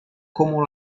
como